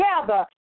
together